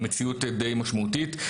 עם מציאות די משמעותית.